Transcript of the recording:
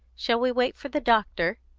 shall we wait for the doctor?